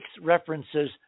references